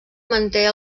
manté